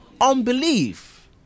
Unbelief